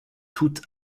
toutes